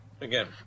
again